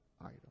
item